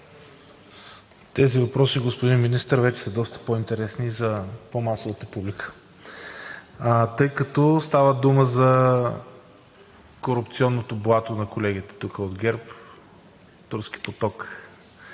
Тези въпроси, господин Министър, вече са по-интересни за по-масовата публика. Тъй като става дума за корупционното благо на колегите тук от ГЕРБ – „Турски поток“,